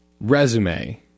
resume